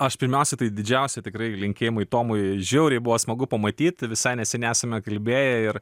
aš pirmiausia tai didžiausi tikrai linkėjimai tomui žiauriai buvo smagu pamatyt visai neseniai esame kalbėję ir